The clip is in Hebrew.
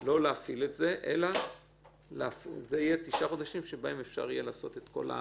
לא להפעיל את זה אלא אלו יהיו תשעה חודשים שבהם ניתן יהיה לפרסם